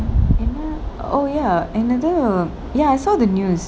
oh ya என்னாது:ennaathu ya I saw the news